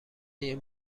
این